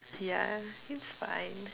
yeah it's fine